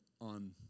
on